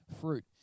fruit